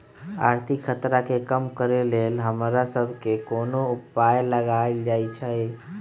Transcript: आर्थिक खतरा के कम करेके लेल हमरा सभके कोनो उपाय लगाएल जाइ छै